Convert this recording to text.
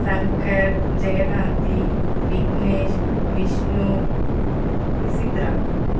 Shankar Jayakanthi Vignesh Vishnu Vichitra